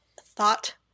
thought